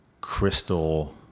crystal